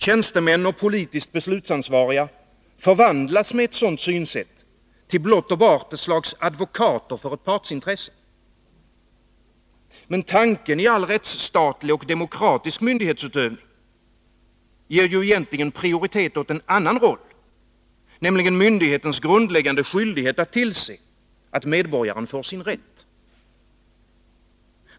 Tjänstemän och politiskt beslutsansvariga förvandlas med ett sådant synsätt till blott och bart ett slags advokater för ett partsintresse. Men tanken vid all rättsstatlig och demokratisk myndighetsutövning ger egentligen prioritet åt en annan roll, nämligen myndighetens grundläggande skyldighet att tillse att medborgaren får sin rätt.